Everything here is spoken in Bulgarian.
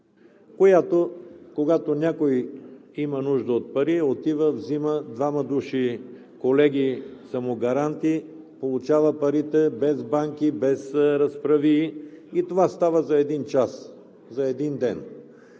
когато някой има нужда от пари, отива, взима двама души колеги за самогаранти, получава парите без банки, без разправии и това става за един час, за един ден.